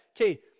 okay